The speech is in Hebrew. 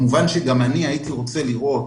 כמובן שגם אני הייתי רוצה לראות,